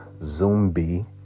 zombie